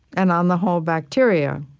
and on the whole, bacteria